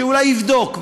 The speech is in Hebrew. שאולי יבדוק,